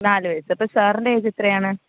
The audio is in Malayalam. നാല് വയസ്സ് അപ്പം സാറിൻ്റെ ഏജ് എത്രയാണ്